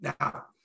Now